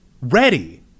ready